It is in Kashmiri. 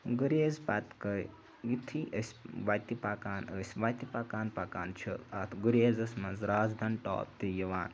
گُریز پَتہٕ گٔے یُتھُے أسۍ وَتہِ پَکان ٲسۍ وَتہِ پَکان پَکان چھُ اَتھ گُریزَس منٛز رازدَن ٹاپ تہِ یِوان